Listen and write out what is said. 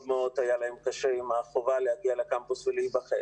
מאוד מאוד היה להם קשה עם החובה להגיע לקמפוס ולהיבחן.